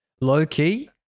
Low-key